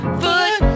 foot